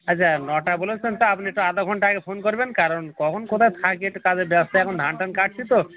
আচ্ছা নটা বলেছেন তো আপনি তো আধ ঘণ্টা আগে ফোন করবেন কারণ কখন কোথায় থাকি একটু কাজে ব্যস্ত এখন ধান টান কাটছি তো